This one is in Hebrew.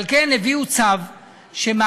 על כן הביאו צו שמאריך